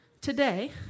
today